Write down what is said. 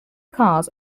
cars